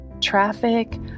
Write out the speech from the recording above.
traffic